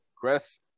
Chris